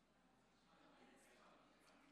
אמרתי את זה לאורך כל הקדנציה